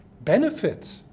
benefit